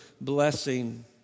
blessing